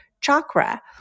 chakra